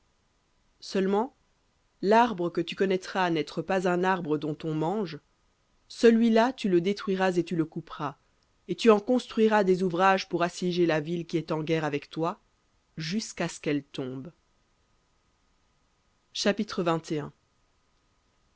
seulement l'arbre que tu connaîtras n'être pas un arbre dont on mange celui-là tu le détruiras et tu le couperas et tu en construiras des ouvrages pour assiéger la ville qui est en guerre avec toi jusqu'à ce qu'elle tombe